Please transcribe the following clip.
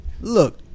Look